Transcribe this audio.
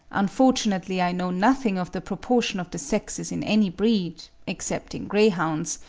unfortunately, i know nothing of the proportion of the sexes in any breed, excepting greyhounds,